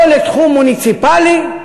לא לתחום המוניציפלי,